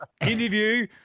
interview